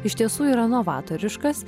iš tiesų yra novatoriškas